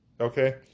Okay